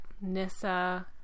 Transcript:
Nissa